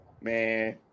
Man